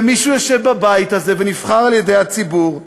ומי שיושב בבית זה ונבחר על-ידי הציבור,